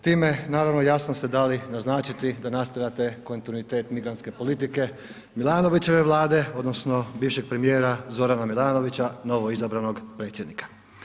Time naravno jasno ste dali naznačiti da nastavljate kontinuitet migrantske politike MIlanovićeve vlade odnosno bivšeg premijer Zorana Milanovića novoizabranog predsjednika.